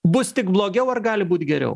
bus tik blogiau ar gali būt geriau